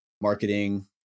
marketing